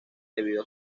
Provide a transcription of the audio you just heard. debido